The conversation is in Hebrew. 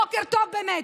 בוקר טוב, באמת.